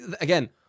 again